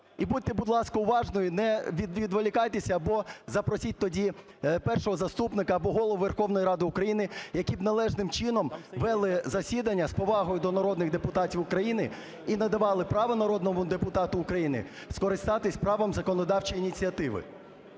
І будьте, будь ласка, уважною, не відволікайтеся або запросіть тоді Першого заступника або Голову Верховної Ради України, які б належним чином вели б засідання, з повагою до народних депутатів України і надавали б право народному депутату України скористатися правом законодавчої ініціативи.